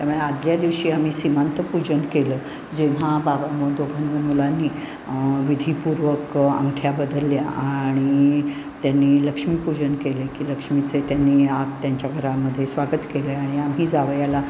त्यामुळे आदल्या दिवशी आम्ही सीमान्तपूजन केलं जेव्हा बाबा मग दोघं मिळून मुलांनी विधीपूर्वक अंगठ्या बदलल्या आणि त्यांनी लक्ष्मीपूजन केले की लक्ष्मीचे त्यांनी आत त्यांच्या घरामध्ये स्वागत केलं आहे आणि आम्ही जावयाला